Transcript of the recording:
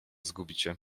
zgubicie